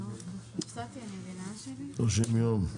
30 ימים.